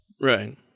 Right